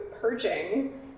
purging